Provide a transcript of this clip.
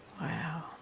Wow